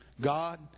God